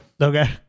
Okay